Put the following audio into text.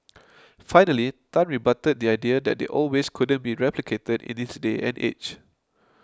finally Tan rebutted the idea that the old ways couldn't be replicated in this day and age